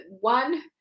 one